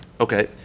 Okay